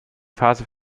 phase